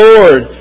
Lord